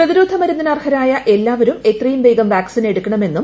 പ്രതിരോധ മരുന്നിന് അർഹരായ എല്ലാവ്രും എത്രയും വേഗം വാക്സിൻ എടുക്കണമെന്നും